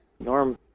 Norm